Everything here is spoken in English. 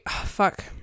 fuck